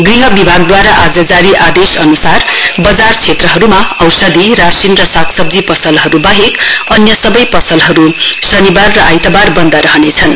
गृह विभागदूवारा आज जारी आदेश अनुसार वजर क्षेत्रमा औषधि राशिन र सागसब्जी पसलहरु बाहेक अन्य सबै पसलहरु शनिवार र आइतवार बन्द रहनेछन्